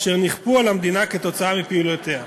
אשר נכפו על המדינה כתוצאה מפעולותיו.